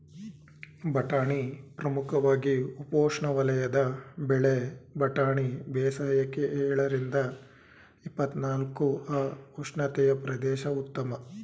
ಬಟಾಣಿ ಪ್ರಮುಖವಾಗಿ ಉಪೋಷ್ಣವಲಯದ ಬೆಳೆ ಬಟಾಣಿ ಬೇಸಾಯಕ್ಕೆ ಎಳರಿಂದ ಇಪ್ಪತ್ನಾಲ್ಕು ಅ ಉಷ್ಣತೆಯ ಪ್ರದೇಶ ಉತ್ತಮ